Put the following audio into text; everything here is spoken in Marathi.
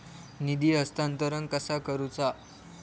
निधी हस्तांतरण कसा करुचा?